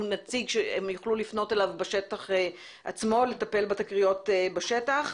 נציג שהם יוכלו לפנות אליו בשטח עצמו לטפל בתקריות בשטח,